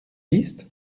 liste